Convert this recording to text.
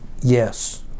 Yes